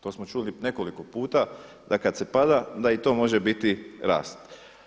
To smo čuli nekoliko puta da kada se pada da i to može biti rast.